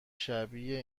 شبیه